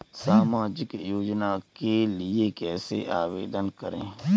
सामाजिक योजना के लिए कैसे आवेदन करें?